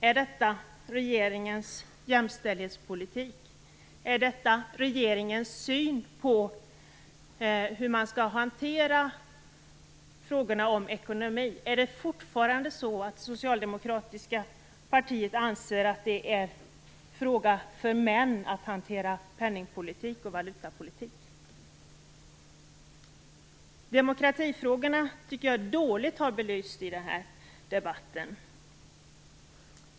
Är detta regeringens jämställdhetspolitik? Är detta regeringens syn på hur man skall hantera frågor om ekonomi? Är det fortfarande så att man inom det socialdemokratiska partiet anser att det är en fråga för män att hantera penningpolitik och valutapolitik? Demokratifrågorna har dåligt belysts i debatten.